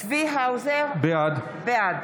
צבי האוזר, בעד